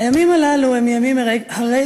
הימים הללו הם ימים הרי-גורל.